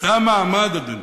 זה המעמד, אדוני,